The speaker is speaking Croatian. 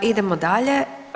Idemo dalje.